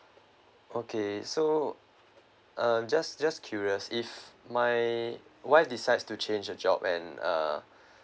okay so uh just just curious if my wife decides to change the job and uh